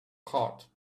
heart